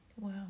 Wow